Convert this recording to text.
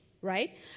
right